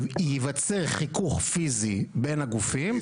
ייווצר חיכוך פיזי בין הגופים,